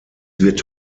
wird